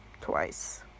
twice